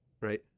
right